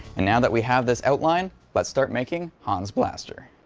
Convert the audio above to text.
and now that we have this outline, lets start making hans blaster!